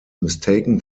mistaken